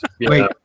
Wait